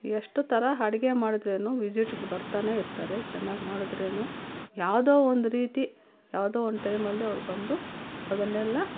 ಎಷ್ಟು ತರ ಅಡ್ಗೆ ಮಾಡದ್ರೇನು ವಿಸಿಟ್ಗಳು ಬರ್ತಾನೆ ಇರ್ತಾರೆ ಚೆನ್ನಾಗಿ ಮಾಡಿದ್ರೇನು ಯಾವುದೋ ಒಂದು ರೀತಿ ಯಾವುದೋ ಒಂದು ಟೈಮಲ್ಲಿ ಅವ್ರು ಬಂದು ಅದನ್ನೆಲ್ಲಾ